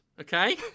Okay